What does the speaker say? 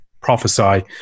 prophesy